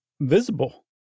visible